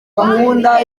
gahunda